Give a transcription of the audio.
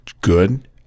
good